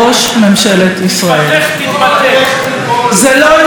זה לא עניין אישי, זה עניין לאומי.